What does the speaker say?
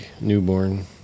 newborn